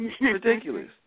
Ridiculous